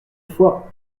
fois